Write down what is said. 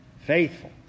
faithful